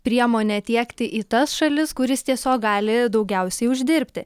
priemonę tiekti į tas šalis kur jis tiesiog gali daugiausiai uždirbti